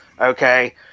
Okay